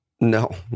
No